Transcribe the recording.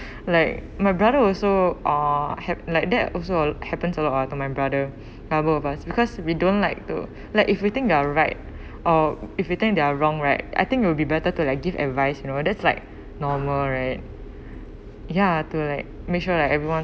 like my brother also uh had like that also happen a lot to my brother brother of us because we don't like to like if we think we are right or if you think they're wrong right I think it would be better to like give advice you know that's like normal right ya to like make sure like everyone